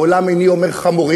לעולם איני אומר חמורים,